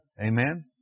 Amen